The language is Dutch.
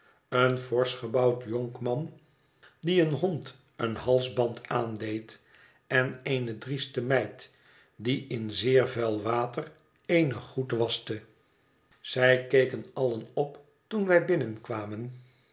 een forsch gebouwd jonkman die een hond een halsband aandeed en eene drieste meid die in zeer vuil water eenig goed waschte zij keken allen op toen wij binnenkwamen